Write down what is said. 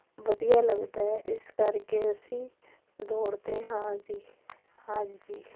ਵਧੀਆ ਲੱਗਦਾ ਹੈ ਇਸ ਕਰਕੇ ਅਸੀਂ ਦੌੜਦੇ ਹਾਂ ਜੀ ਹਾਂਜੀ